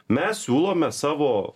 mes siūlome savo